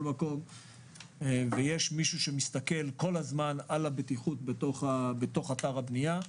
מקום ויש מישהו שמסתכל כל הזמן על הבטיחות בתוך אתר הבניה.